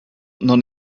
non